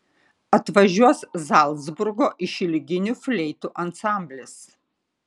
atvažiuos zalcburgo išilginių fleitų ansamblis